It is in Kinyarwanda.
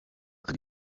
ari